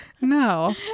No